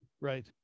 Right